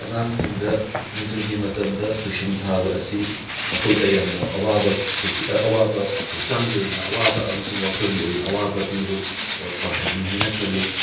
ꯑꯉꯥꯡꯁꯤꯡꯗ ꯅꯨꯡꯊꯤꯜꯒꯤ ꯃꯇꯝꯗ ꯇꯨꯁꯟ ꯊꯥꯕ ꯑꯁꯤ ꯃꯈꯣꯏꯗ ꯌꯥꯝꯅ ꯑꯋꯥꯕ ꯆꯩꯊꯦ ꯑꯋꯥꯕ ꯍꯛꯆꯥꯡꯒꯤ ꯑꯣꯏꯅ ꯑꯋꯥꯕ ꯑꯃꯁꯨꯡ ꯋꯥꯈꯜꯒꯤ ꯑꯣꯏꯅ ꯑꯋꯥꯕ ꯄꯤꯕ ꯄꯥꯡꯈꯛꯅꯤ ꯍꯥꯏꯅ ꯈꯜꯂꯤ